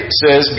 says